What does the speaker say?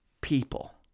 people